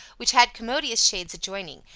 which had commodious shades adjoining,